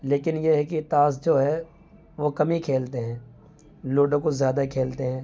لیکن یہ ہے کہ تاش جو ہے وہ کم ہی کھیلتے ہیں لوڈو کو زیادہ کھیلتے ہیں